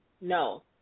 No